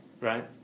right